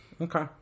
Okay